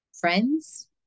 friends